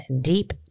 Deep